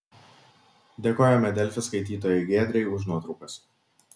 dėkojame delfi skaitytojai giedrei už nuotraukas